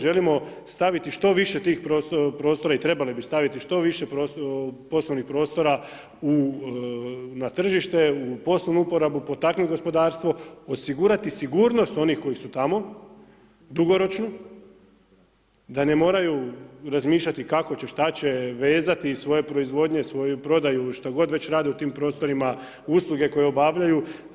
Želimo staviti što više tih prostora i trebali bi staviti što više poslovnih prostora, na tržište, u poslovnu uporabu, potaknuti gospodarstvo, osigurati sigurnost onih koji su tamo, dugoročnu, da ne moraju razmišljati kako će, šta će, vezati svoje proizvodnje, svoju prodaju ili što god već rade u tim prostorima, usluge koje obavljaju.